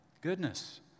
Goodness